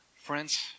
friends